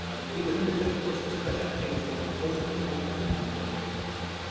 ah it would be within the district court's discretion. i think it's going to be closer to twenty percent than to eighty percent.